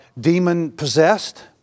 demon-possessed